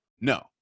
no